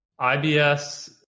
IBS